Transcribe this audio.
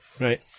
Right